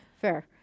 Fair